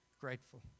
grateful